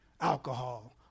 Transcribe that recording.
alcohol